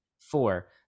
Four